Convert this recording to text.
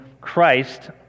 Christ